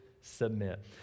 submit